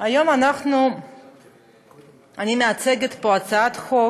היום אני מציגה פה הצעת חוק